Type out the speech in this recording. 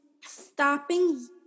stopping